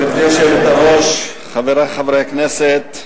גברתי היושבת-ראש, חברי חברי הכנסת,